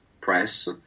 press